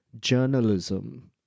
journalism